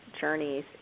journeys